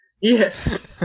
Yes